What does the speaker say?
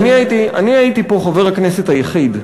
אני הייתי חבר הכנסת היחיד,